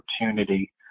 opportunity